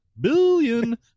billion